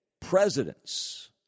presidents